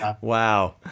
Wow